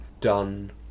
done